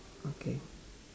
okay